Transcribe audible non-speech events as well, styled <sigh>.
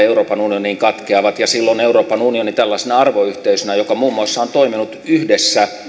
<unintelligible> euroopan unioniin katkeavat kun euroopan unioni tällaisena arvoyhteisönä muun muassa on toiminut yhdessä